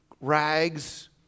rags